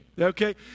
okay